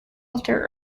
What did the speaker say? after